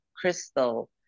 Crystal